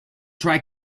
try